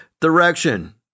direction